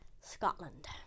Scotland